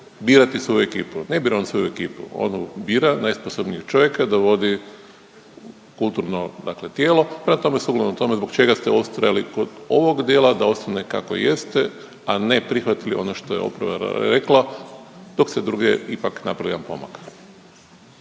birati svoju ekipu. Ne bira on svoju ekipu, on bira najsposobnijeg čovjeka da vodi kulturno dakle tijelo, prema tome sukladno tome zbog čega ste ustrajali kod ovog dijela da ostane kako jeste, a ne prihvatili ono što je oporba rekla dok se drugdje ipak napravio jedan pomak.